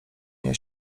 nie